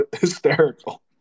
hysterical